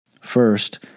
First